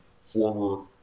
former